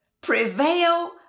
prevail